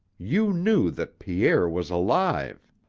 you knew that pierre was alive.